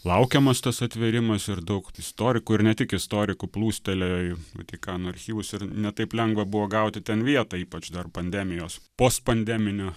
laukiamas tas atvėrimas ir daug istorikų ir ne tik istorikų plūstelėjo į vatikano archyvus ir ne taip lengva buvo gauti ten vietą ypač dar pandemijos post pandeminiu